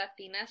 Latinas